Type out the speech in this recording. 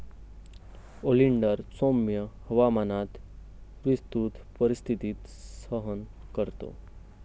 oleander सौम्य हवामानात विस्तृत परिस्थिती सहन करतो